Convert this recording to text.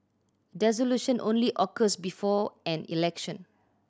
dissolution only occurs before an election